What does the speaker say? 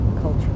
culture